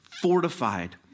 fortified